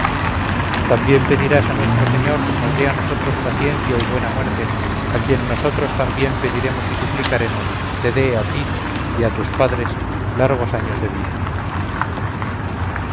también pedirás a nuestro señor nos dé a nosotros paciencia y buena muerte a quien nosotros también pediremos y suplicaremos te dé a ti y a tus padres largos años de vida